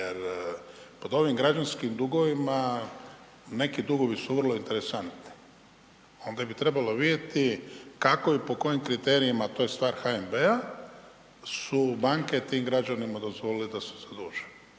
jer pod ovim građanskim dugovima neki dugovi su vrlo interesantni. Onda bi trebalo vidjeti kako i po kojim kriterijima, to je stvar HNB-a su banke tim građanima dozvolite da se zaduže.